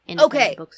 Okay